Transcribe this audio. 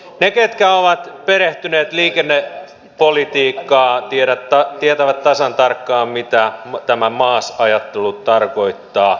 ne ketkä ovat perehtyneet liikennepolitiikkaan tietävät tasan tarkkaan mitä tämä maas ajattelu tarkoittaa